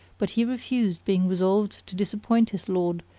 but he refused being resolved to disappoint his lord,